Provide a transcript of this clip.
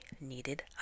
needed